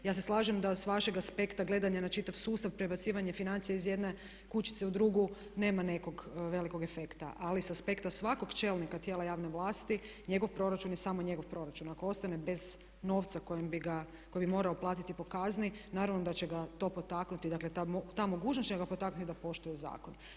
Ja se slažem da s vašeg aspekta gledanja na čitav sustav, prebacivanje financija iz jedne kućice u drugu nema nekog veliko efekta ali s aspekta svakog čelnika tijela javne vlasti, njegov proračun je samo njegov proračun, ako ostane bez novca koji bi morao po kazni, naravno da će ga to potaknuti, ta mogućnost će ga potaknuti da poštuje zakon.